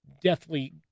deathly